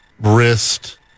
wrist